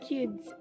Kids